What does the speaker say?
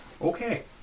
Okay